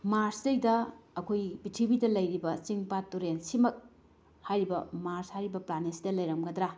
ꯃꯥꯔꯁꯁꯤꯗꯩꯗ ꯑꯩꯈꯣꯏ ꯄ꯭ꯔꯤꯊꯤꯕꯤꯗ ꯂꯩꯔꯤꯕ ꯆꯤꯡ ꯄꯥꯠ ꯇꯨꯔꯦꯟ ꯁꯤꯃꯛ ꯍꯥꯏꯔꯤꯕ ꯃꯥꯔꯁ ꯍꯥꯏꯔꯤꯕ ꯄ꯭ꯂꯥꯅꯦꯠꯁꯤꯗ ꯂꯩꯔꯝꯒꯗ꯭ꯔꯥ